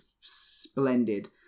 splendid